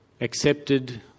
accepted